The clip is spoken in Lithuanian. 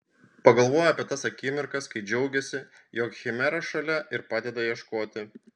pagalvojo apie tas akimirkas kai džiaugėsi jog chimera šalia ir padeda ieškoti